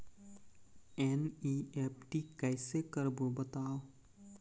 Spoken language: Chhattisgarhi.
एन.ई.एफ.टी कैसे करबो बताव?